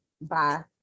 Bye